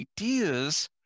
ideas